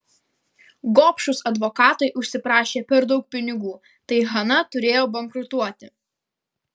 gobšūs advokatai užsiprašė per daug pinigų tai hana turėjo bankrutuoti